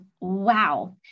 Wow